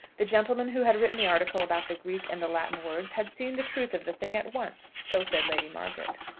the gentleman who had written the article about the greek and the latin words had seen the truth of the thing at once so said lady margaret.